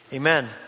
Amen